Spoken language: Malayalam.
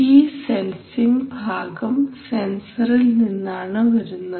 ഈ സെൻസിംഗ് ഭാഗം സെൻസറിൽ നിന്നാണ് വരുന്നത്